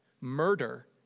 murder